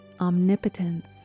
Omnipotence